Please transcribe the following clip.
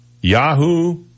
Yahoo